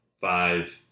five